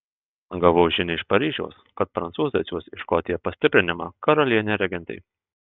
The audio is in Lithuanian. gavau žinią iš paryžiaus kad prancūzai atsiųs į škotiją pastiprinimą karalienei regentei